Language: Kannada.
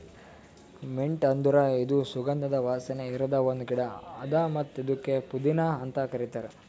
ಮಿಂಟ್ ಅಂದುರ್ ಇದು ಸುಗಂಧದ ವಾಸನೆ ಇರದ್ ಒಂದ್ ಗಿಡ ಅದಾ ಮತ್ತ ಇದುಕ್ ಪುದೀನಾ ಅಂತ್ ಕರಿತಾರ್